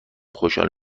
خوشحال